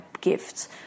gifts